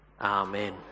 Amen